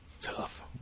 Tough